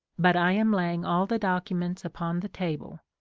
but i am laying all the dociunents upon the table.